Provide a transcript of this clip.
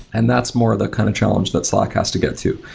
and that's more the kind of challenge that slack has to get to.